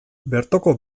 bertoko